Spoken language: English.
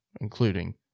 Including